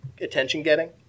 attention-getting